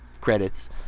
credits